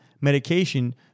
medication